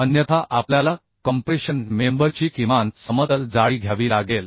अन्यथा आपल्याला कॉम्प्रेशन मेम्बरची किमान समतल जाडी घ्यावी लागेल